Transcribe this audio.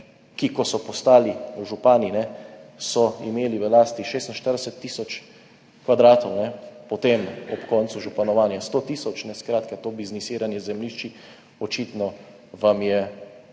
imeli, ko so postali župani, v lasti 46 tisoč kvadratov, potem ob koncu županovanja 100 tisoč, skratka, to biznisiranje z zemljišči vam je